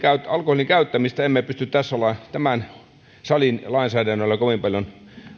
alkoholin käyttämistä emme pysty tämän salin lainsäädännöllä kovin paljon